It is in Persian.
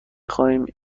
خواهیم